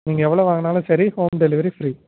நீங்கள் எவ்வளோ வாங்கினாலும் சரி ஹோம் டெலிவரி ஃப்ரீ